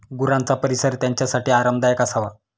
गुरांचा परिसर त्यांच्यासाठी आरामदायक असावा